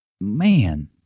man